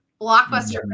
Blockbuster